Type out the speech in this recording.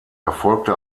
erfolgte